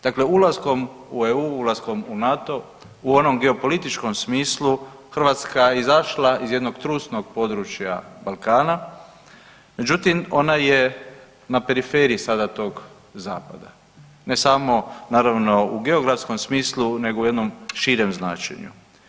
Dakle, ulaskom u EU, ulaskom u NATO u onom geopolitičkom smislu Hrvatska je izašla iz jednog trusnog područja Balkana, međutim ona je na periferiji tog zapada, ne samo naravno u geografskom smislu nego u jednom širem značenju.